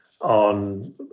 on